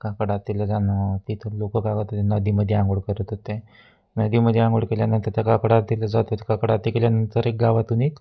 काकड आरतीला जाणं तिथे लोक काय होत नदीमध्ये आंघोळ करत होते नदीमध्ये आंघोळ केल्यानंतर त्या काकड आरतीला जात होते काकड आरती केल्यानंतर एक गावातून एक